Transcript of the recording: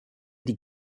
die